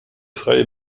freie